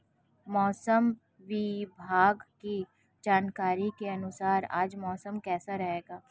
मौसम विभाग की जानकारी के अनुसार आज मौसम कैसा रहेगा?